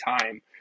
time